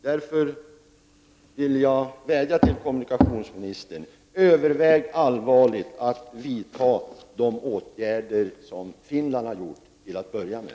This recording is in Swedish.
Därför vill jag vädja till kommunikationsministern: Överväg allvarligt att till att börja med vidta sådana åtgärder som man har vidtagit i Finland.